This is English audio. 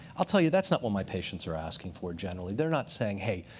i'll tell you, that's not what my patients are asking for, generally. they're not saying, hey,